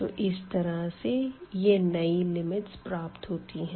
तो इस तरह से यह नयी लिमिट्स प्राप्त होती है